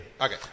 Okay